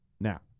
Now